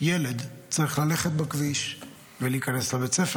ילד צריך ללכת בכביש ולהיכנס לבית ספר.